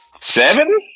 Seven